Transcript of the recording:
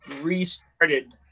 restarted